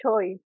choice